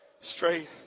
straight